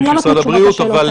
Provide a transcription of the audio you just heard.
הם לא נתנו תשובות לשאלות האלה.